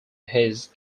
his